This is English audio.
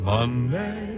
Monday